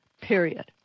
Period